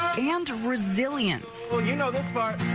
and resilience or you know the part.